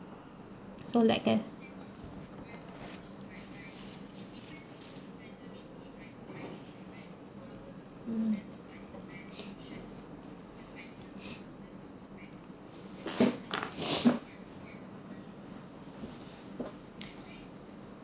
so like that mm